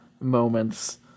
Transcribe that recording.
moments